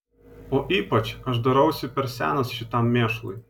o ypač aš darausi per senas šitam mėšlui